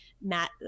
Matt